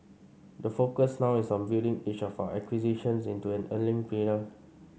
the focus now is on building each of our acquisitions into an earning pillar